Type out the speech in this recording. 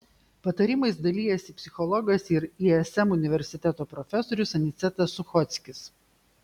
patarimais dalijasi psichologas ir ism universiteto profesorius anicetas suchockis